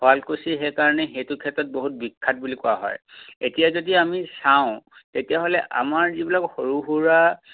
শুৱালকুচি সেইকাৰণে সেইটো ক্ষেত্ৰত বহুত বিখ্যাত বুলি কোৱা হয় এতিয়া যদি আমি চাওঁ তেতিয়াহ'লে আমাৰ যিবিলাক সৰু সুৰা